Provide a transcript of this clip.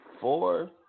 Four